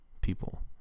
people